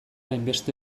hainbeste